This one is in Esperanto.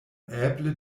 eble